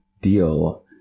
deal